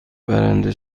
برنده